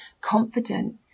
confident